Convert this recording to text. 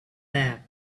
that